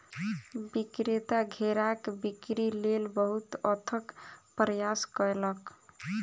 विक्रेता घेराक बिक्री लेल बहुत अथक प्रयास कयलक